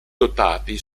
dotati